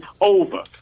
over